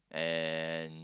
and